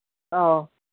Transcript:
ꯑꯧ